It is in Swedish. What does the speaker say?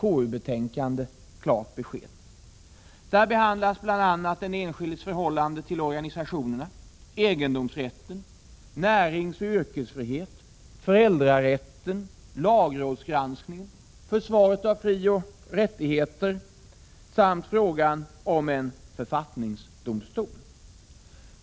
I betänkandet behandlas bl.a. den enskildes förhållande till organisationerna, egendomsrätten, näringsoch yrkesfriheten, föräldrarätten, lagrådsgranskningen, försvaret av frioch rättigheter samt frågan om en författningsdomstol.